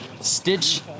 stitch